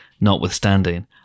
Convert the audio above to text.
notwithstanding